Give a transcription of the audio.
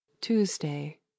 Tuesday